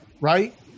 right